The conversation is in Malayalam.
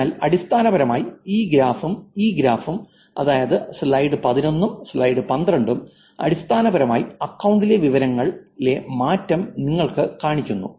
അതിനാൽ അടിസ്ഥാനപരമായി ഈ ഗ്രാഫും ഈ ഗ്രാഫും അതായതു സ്ലൈഡ് 11 ഉം സ്ലൈഡ് 12 ഉം അടിസ്ഥാനപരമായി അക്കൌണ്ടിലെ വിവരങ്ങളിലെ മാറ്റം നിങ്ങൾക്ക് കാണിക്കുന്നു